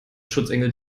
schutzengel